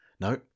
No